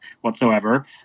whatsoever